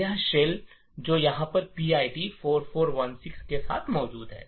यह शेल है जो यहां पर PID ४४१६ के साथ मौजूद है